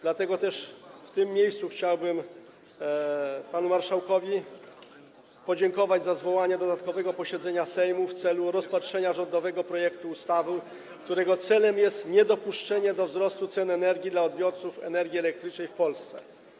Dlatego też z tego miejsca chciałbym panu marszałkowi podziękować za zwołanie dodatkowego posiedzenia Sejmu w celu rozpatrzenia rządowego projektu ustawy, którego celem jest niedopuszczenie do wzrostu cen energii dla odbiorców energii elektrycznej w Polsce.